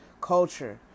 culture